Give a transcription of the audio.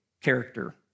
character